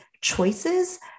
choices